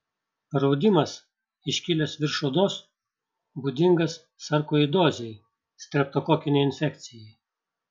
paraudimas iškilęs virš odos būdingas sarkoidozei streptokokinei infekcijai